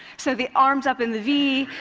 so the arms up in the v,